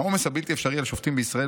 העומס הבלתי-אפשרי על שופטים בישראל